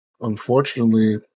Unfortunately